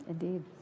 Indeed